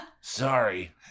Sorry